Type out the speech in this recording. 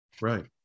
Right